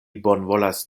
bonvolas